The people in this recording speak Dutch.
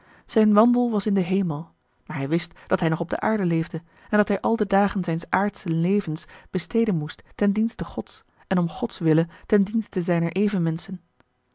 zijn wandel was in den hemel maar hij wist dat hij nog op de aarde leefde en dat hij al de dagen zijns aardschen levens besteden moest ten dienste gods en om gods wille ten dienste zijner evenmenschen